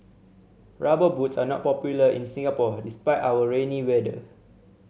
Rubber Boots are not popular in Singapore despite our rainy weather